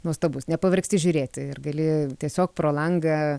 nuostabus nepavargsti žiūrėti ir gali tiesiog pro langą